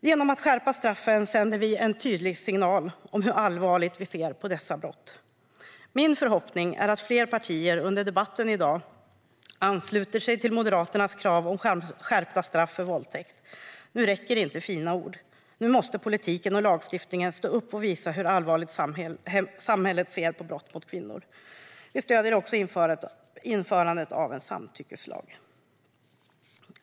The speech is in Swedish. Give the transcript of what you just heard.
Genom att skärpa straffen sänder vi en tydlig signal om hur allvarligt vi ser på dessa brott. Min förhoppning är att fler partier under debatten i dag ansluter sig till Moderaternas krav om skärpta straff för våldtäkt. Nu räcker inte fina ord. Nu måste politiken och lagstiftningen stå upp och visa hur allvarligt samhället ser på brott mot kvinnor. Vi stöder införandet av en samtyckeslag.